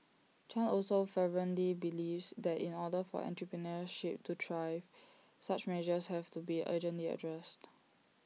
chan also fervently believes that in order for entrepreneurship to thrive such measures have to be urgently addressed